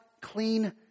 clean